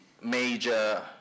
major